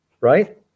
right